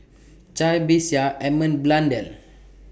Cai Bixia Edmund Blundell